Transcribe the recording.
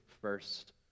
first